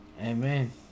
Amen